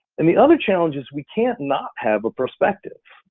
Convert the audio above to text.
and the other challenge is we can't not have a perspective,